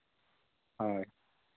ᱦᱳᱭ